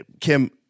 Kim